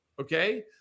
Okay